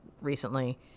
recently